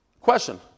Question